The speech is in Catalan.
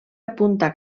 apunta